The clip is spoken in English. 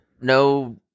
no